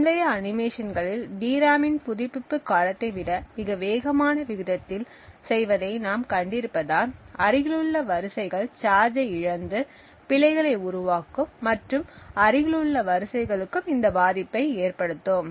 முந்தைய அனிமேஷன்களில் டிராமின் புதுப்பிப்பு காலத்தை விட மிக வேகமான விகிதத்தில் செய்வதை நாம் கண்டிருப்பதால் அருகிலுள்ள வரிசைகள் சார்ஜை இழந்து பிழைகளை உருவாக்கும் மற்றும் அருகிலுள்ள வரிசைகளுக்கும் இந்த பாதிப்பை ஏற்படுத்தும்